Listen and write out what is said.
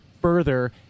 further